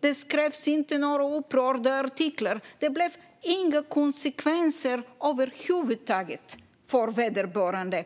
Det skrevs inte några upprörda artiklar. Det blev inga konsekvenser över huvud taget för vederbörande.